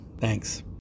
Thanks